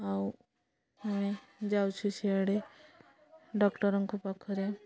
ଆଉ ଆମେ ଯାଉଛୁ ସିଆଡ଼େ ଡକ୍ଟର୍ଙ୍କ ପାଖରେ